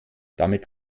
damit